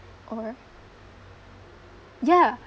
or ya